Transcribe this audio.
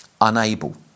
unable